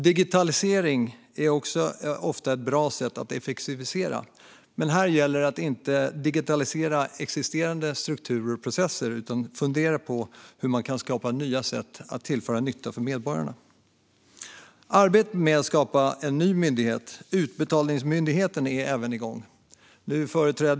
Digitalisering är också ofta ett bra sätt att effektivisera, men det gäller att inte digitalisera existerande strukturer och processer utan fundera på hur man kan skapa nya sätt att tillföra nytta för medborgarna. Arbetet med att skapa en ny myndighet, utbetalningsmyndigheten, är även igång.